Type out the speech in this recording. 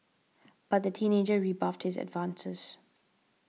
but the teenager rebuffed his advances